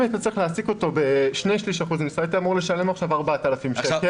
אם הייתי רוצה להעסיק אותו ב-2/3 משרה הייתי צריך לשלם לו 4,000 שקלים,